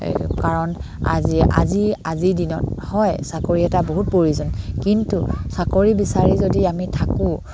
কাৰণ আজি আজি আজিৰ দিনত হয় চাকৰি এটা বহুত প্ৰয়োজন কিন্তু চাকৰি বিচাৰি যদি আমি থাকোঁ